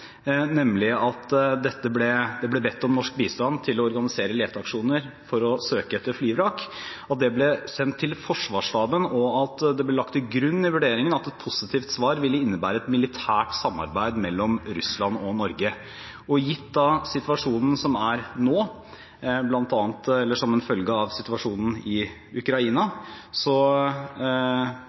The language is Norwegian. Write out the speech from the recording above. nemlig at det ble bedt om norsk bistand til å organisere leteaksjoner for å søke etter et flyvrak, og at det ble sendt til Forsvarsstaben, og at det ble lagt til grunn i vurderingen at et positivt svar ville innebære et militært samarbeid mellom Russland og Norge. Gitt den situasjonen som er nå, som en følge av situasjonen i Ukraina, så